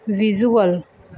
visual